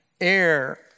air